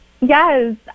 Yes